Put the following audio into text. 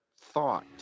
thought